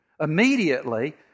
immediately